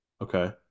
Okay